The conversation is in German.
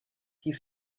die